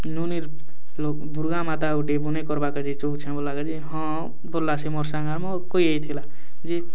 ନୁନିର୍ ର ଦୁର୍ଗାମାତା ଗୁଟେ ବନେଇ କର୍ବାର୍ କେ ଯେ ଚାହୁଁଛେ ବଏଲା କେ ଯେ ହଁ ଗଲା ସେ ମୋର୍ ସାଙ୍ଗେ ଆର୍ କହି ଦେଇଥିଲା